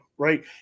Right